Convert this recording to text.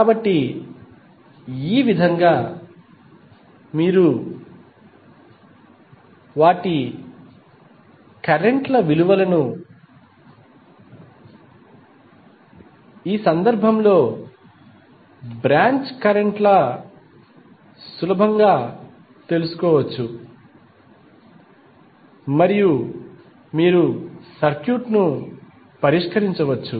కాబట్టి ఈ విధంగా మీరు వాటి కరెంట్ ల విలువను ఈ సందర్భంలో బ్రాంచ్ కరెంట్ లు సులభంగా తెలుసుకోవచ్చు మరియు మీరు సర్క్యూట్ను పరిష్కరించవచ్చు